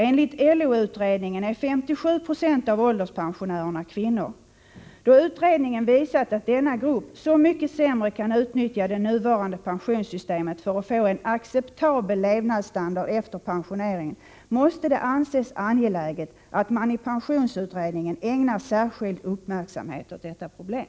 Enligt LO-utredningen är 57 90 av ålderspensionärerna kvinnor. Då utredningen visat att denna grupp så mycket sämre kan utnyttja det nuvarande pensionssystemet för att få en acceptabel levnadsstandard efter pensioneringen, måste det anses angeläget att man i pensionsutredningen ägnar särskild uppmärksamhet åt detta problem.